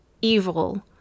evil